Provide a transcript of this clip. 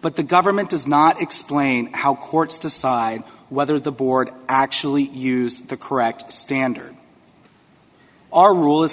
but the government does not explain how courts decide whether the board actually use the correct standard or rule is